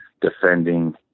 defending